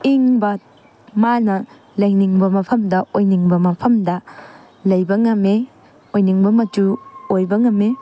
ꯏꯪꯕ ꯃꯥꯅ ꯂꯩꯅꯤꯡꯕ ꯃꯐꯝꯗ ꯑꯣꯏꯅꯤꯡꯕ ꯃꯐꯝꯗ ꯂꯩꯕ ꯉꯝꯃꯤ ꯑꯣꯏꯅꯤꯡꯕ ꯃꯆꯨ ꯑꯣꯏꯕ ꯉꯝꯃꯤ